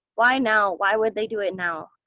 why now? why would they do it now?